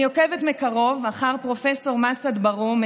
אני עוקבת מקרוב אחר פרופ' מסעד ברהום,